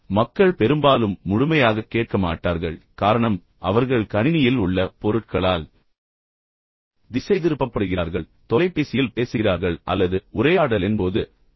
மக்கள் பெரும்பாலும் முழுமையாகக் கேட்க மாட்டார்கள் காரணம் அவர்கள் கணினியில் உள்ள பொருட்களால் திசைதிருப்பப்படுகிறார்கள் தொலைபேசியில் பேசுகிறார்கள் அல்லது உரையாடலின் போது ஏதாவது படிக்கிறார்கள்